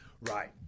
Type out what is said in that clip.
Right